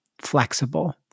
flexible